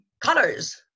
colors